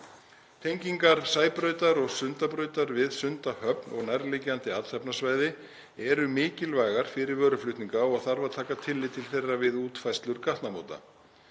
Tengingar Sæbrautar og Sundabrautar við Sundahöfn og nærliggjandi athafnasvæði eru mikilvægar fyrir vöruflutninga og þarf að taka tillit til þeirra við útfærslur gatnamóta.